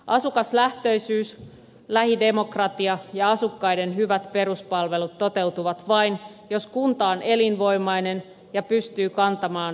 asukaslähtöisyys lähidemokratia ja asukkaiden hyvät peruspalvelut toteutuvat vain jos kunta on elinvoimainen ja pystyy kantamaan järjestämisvastuunsa